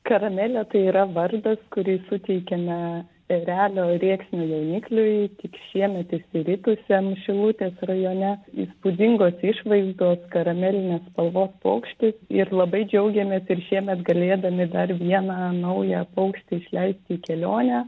karamelė tai yra vardas kurį suteikėme erelio rėksnio jaunikliui tik šiemet išsiritusiam šilutės rajone įspūdingos išvaizdos karamelinės spalvos paukštis ir labai džiaugiamės ir šiemet galėdami dar vieną naują paukštį išleisti į kelionę